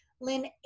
Lynn